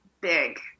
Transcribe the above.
big